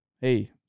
hey